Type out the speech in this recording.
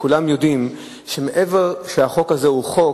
שכולם יודעים שמעבר לזה שהחוק הזה הוא חוק,